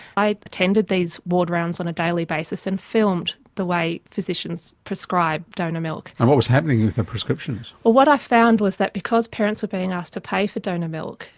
i attended these ward rounds on a daily basis and filmed the way physicians prescribed donor milk. and what was happening with the prescriptions? what i found was that because parents were being asked to pay for donor milk,